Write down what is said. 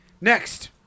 Next